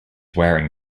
wearing